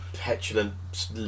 petulant